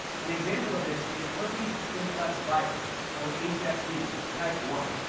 an example of this is herpes simplex virus, or hsv, type one.